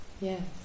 Yes